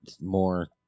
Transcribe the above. more